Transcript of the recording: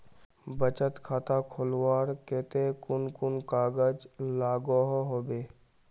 बचत खाता खोलवार केते कुन कुन कागज लागोहो होबे?